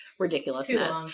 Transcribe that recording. ridiculousness